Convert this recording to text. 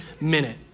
minute